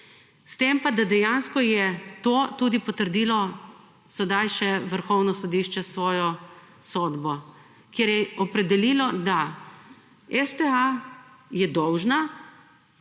S tem pa, da dejansko je to tudi potrdilo sedaj še Vrhovno sodišče s svojo sodbo, kjer je opredelilo, da STA je dolžna